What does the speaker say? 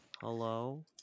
hello